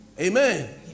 Amen